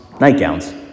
nightgowns